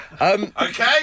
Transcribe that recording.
Okay